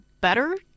better